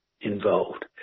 involved